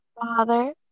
father